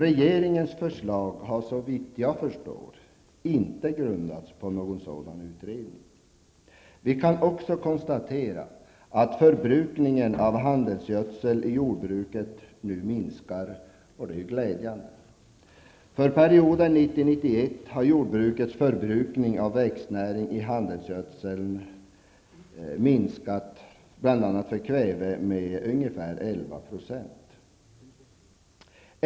Regeringens förslag har såvitt jag förstår inte grundats på någon sådan utredning. Vi kan också konstatera att förbrukningen av handelsgödsel i jordbruket nu minskar, och det är glädjande. För perioden 1990/91 har jordbrukets förbrukning av växtnäring i handelsgödsel minskat -- för kväve med ungefär 11 %.